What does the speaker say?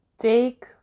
take